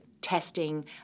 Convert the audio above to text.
testing